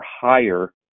higher